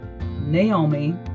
naomi